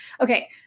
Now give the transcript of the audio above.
okay